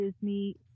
Disney